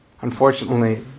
Unfortunately